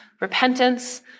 repentance